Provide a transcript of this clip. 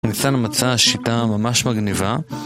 הוא מצא שיטה ממש מגניבה